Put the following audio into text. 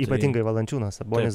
ypatingai valančiūnas sabonis